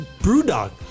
BrewDog